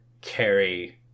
carry